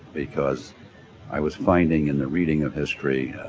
because i was finding in the reading of history